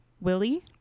willie